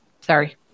Sorry